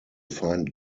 find